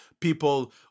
people